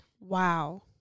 Wow